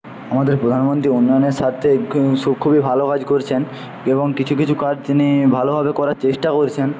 আমাদের প্রধানমন্ত্রী উন্নয়নের স্বার্থে খুবই ভালো কাজ করছেন এবং কিছু কিছু কাজ তিনি ভালোভাবে করার চেষ্টা করছেন